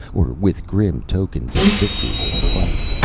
or with grim tokens of victory in fight.